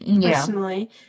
personally